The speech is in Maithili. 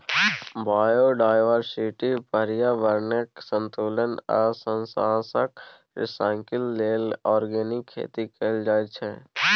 बायोडायवर्सिटी, प्रर्याबरणकेँ संतुलित आ साधंशक रिसाइकल लेल आर्गेनिक खेती कएल जाइत छै